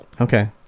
Okay